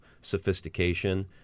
sophistication